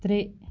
ترٛےٚ